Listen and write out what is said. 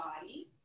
body